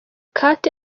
kate